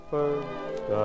First